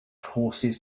horses